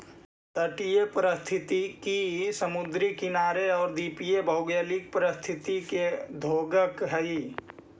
तटीय पारिस्थितिकी समुद्री किनारे आउ द्वीप के भौगोलिक परिस्थिति के द्योतक हइ